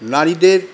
নারীদের